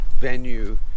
venue